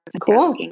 Cool